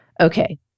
Okay